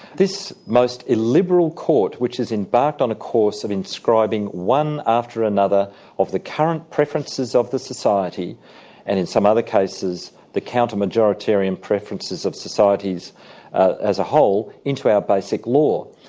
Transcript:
this most liberal court which has embarked on a course of inscribing one after another of the current preferences of the society and in some other cases the counter-majoritarian preferences of societies as a whole, into our basic law.